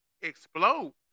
explode